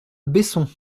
besson